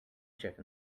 chickens